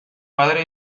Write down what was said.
padre